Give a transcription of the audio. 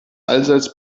allseits